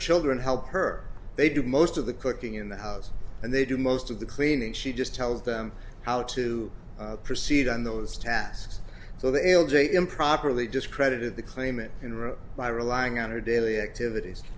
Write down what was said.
children help her they do most of the cooking in the house and they do most of the cleaning she just tells them how to proceed on those tasks so the l j improperly discredited the claimant by relying on her daily activities